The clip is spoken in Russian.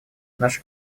наша